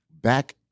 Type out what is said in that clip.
back